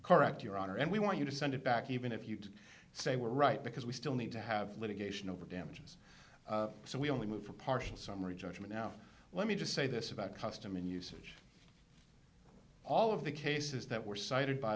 correct your honor and we want you to send it back even if you'd say we're right because we still need to have litigation over damages so we only move for partial summary judgment now let me just say this about custom in usage all of the cases that were cited by